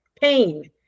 pain